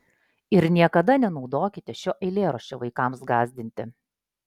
ir niekada nenaudokite šio eilėraščio vaikams gąsdinti